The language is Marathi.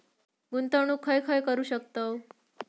गुंतवणूक खय खय करू शकतव?